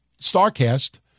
StarCast